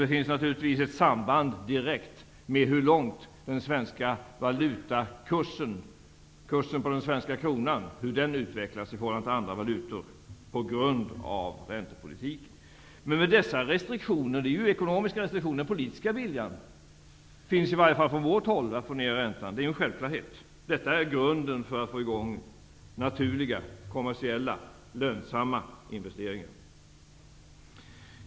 Det finns naturligtvis ett direkt samband med hur kursen på den svenska kronan utvecklas i förhållande till andra valutor på grund av räntepolitiken. Detta är emellertid ekonomiska restriktioner. Den politiska viljan finns i varje fall från vårt håll att få ned räntan. Det är en självklarhet. Detta är grunden för att få i gång naturliga, kommersiella och lönsamma investeringar.